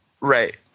right